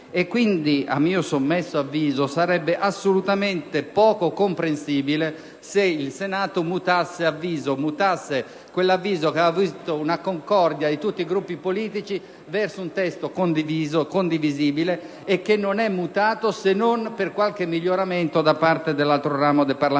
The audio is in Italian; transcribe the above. Quindi, a mio sommesso avviso, sarebbe assolutamente poco comprensibile se il Senato mutasse quell'atteggiamento che aveva visto una concordia di tutti i Gruppi politici su un testo condiviso e condivisibile e che non è mutato, se non per qualche miglioramento apportato dall'altro ramo del Parlamento.